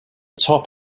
top